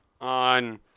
on